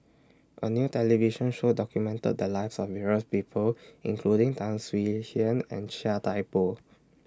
A New television Show documented The Lives of various People including Tan Swie Hian and Chia Thye Poh